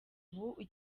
ubu